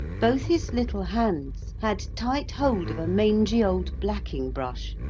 both his little hands had tight hold of a mangy old blacking-brush,